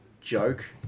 joke